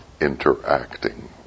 interacting